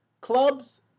Clubs